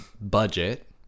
budget